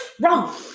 wrong